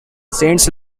saint